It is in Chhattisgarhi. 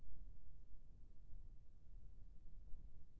मोर लोन के लेन देन के का हिसाब हे?